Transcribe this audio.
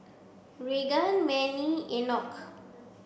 Raegan Mannie and Enoch